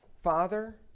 Father